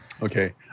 Okay